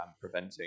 preventing